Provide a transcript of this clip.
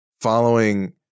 following